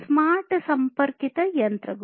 smart ಸಂಪರ್ಕಿತ ಯಂತ್ರಗಳು